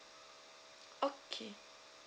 okay